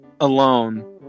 alone